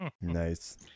Nice